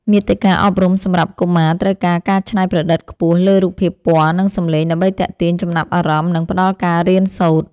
មាតិកាអប់រំសម្រាប់កុមារត្រូវការការច្នៃប្រឌិតខ្ពស់លើរូបភាពពណ៌ និងសំឡេង ដើម្បីទាក់ទាញចំណាប់អារម្មណ៍ និងផ្តល់ការរៀនសូត្រ។